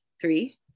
three